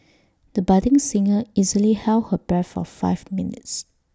the budding singer easily held her breath for five minutes